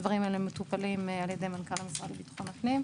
הדברים האלה מטופלים על ידי מנכ"ל המשרד לביטחון הפנים.